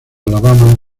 alabama